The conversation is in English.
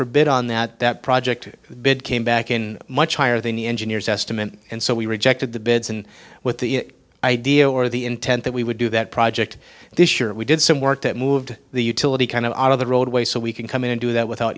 for bid on that project bid came back in much higher than the engineers estimate and so we rejected the bids and with the idea or the intent that we would do that project this year we did some work that moved the utility kind of out of the roadway so we can come in and do that without